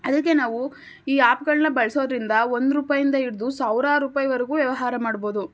ಅದಕ್ಕೆ ನಾವು ಈ ಆ್ಯಪ್ಗಳನ್ನು ಬಳಸೋದರಿಂದ ಒಂದು ರೂಪಾಯಿಂದ ಹಿಡ್ದು ಸಾವಿರಾರು ರೂಪಾಯಿವರೆಗೂ ವ್ಯವಹಾರ ಮಾಡಬಹುದು